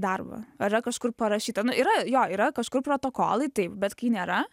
darbą ar yra kažkur parašyta yra jo yra kažkur protokolai taip bet kai nėra